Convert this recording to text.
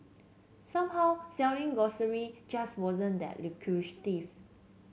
somehow selling grocery just wasn't that lucrative